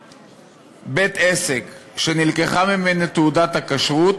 שבית-עסק שנלקחה ממנו תעודת הכשרות